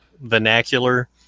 vernacular –